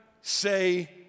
say